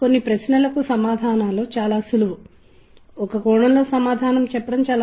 ఇది స్థలం గురించి లేదా అన్ని వైపుల నుండి శబ్దం వస్తుంది అనే సమాచారాన్ని అందిస్తుంది